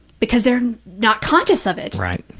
because they're not conscious of it. right.